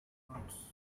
words